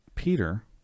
Peter